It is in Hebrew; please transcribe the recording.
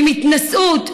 עם התנשאות,